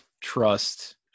trust